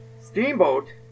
steamboat